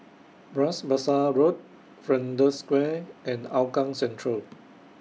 Bras Basah Road Flanders Square and Hougang Central